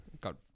Got